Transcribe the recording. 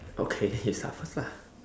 okay you start first lah